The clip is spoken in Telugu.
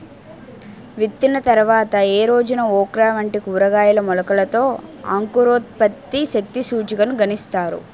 విత్తిన తర్వాత ఏ రోజున ఓక్రా వంటి కూరగాయల మొలకలలో అంకురోత్పత్తి శక్తి సూచికను గణిస్తారు?